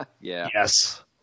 Yes